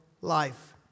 life